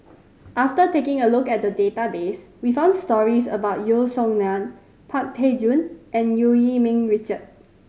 after taking a look at database we found stories about Yeo Song Nian Pang Teck Joon and Eu Yee Ming Richard